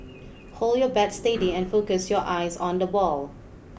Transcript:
hold your bat steady and focus your eyes on the ball